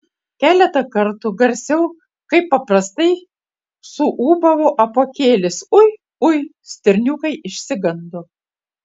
keletą kartų garsiau kaip paprastai suūbavo apuokėlis ui ui stirniukai išsigando